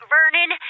Vernon